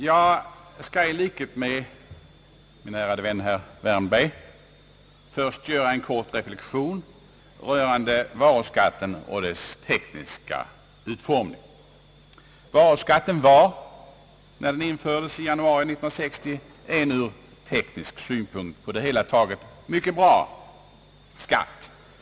Jag skall i likhet med min ärade vän herr Wärnberg först göra en kort reflexion rörande varuskatten och dess tekniska utformning. Varuskatten var, när den infördes i januari 1960, en ur teknisk synpunkt på det hela taget mycket bra skatt.